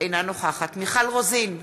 אינה נוכחת מיכל רוזין,